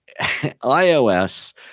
iOS